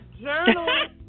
Journal